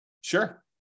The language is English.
sure